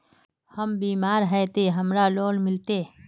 हम बीमार है ते हमरा लोन मिलते?